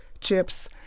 chips